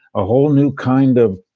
a whole new kind of.